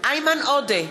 איימן עודה,